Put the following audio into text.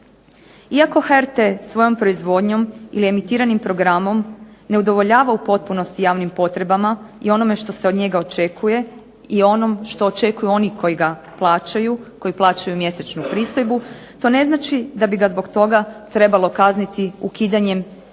Iako HRT-a svojom proizvodnjom i emitiranim programom ne udovoljava u potpunosti javnim potrebama i onome što se od njega očekuje i onom što očekuju oni koji ga plaćaju koji plaćaju mjesečnu pristojbu, to ne znači da bi ga zbog toga trebalo kazniti ukidanjem prihoda